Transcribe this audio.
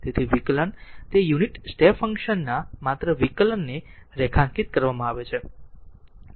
તેથી વિકલન તે યુનિટ સ્ટેપ ફંક્શન ના માત્ર વિકલનને રેખાંકિત કરવામાં આવે છે તે યુનિટ ઈમ્પલસ ફંક્શન છે